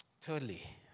Thirdly